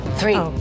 three